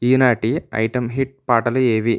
ఈనాటి item hit పాటలు ఏవి